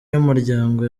y’umuryango